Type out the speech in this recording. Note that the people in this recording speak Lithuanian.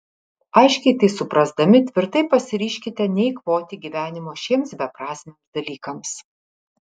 aiškiai tai suprasdami tvirtai pasiryžkite neeikvoti gyvenimo šiems beprasmiams dalykams